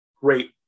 great